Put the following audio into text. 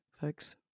folks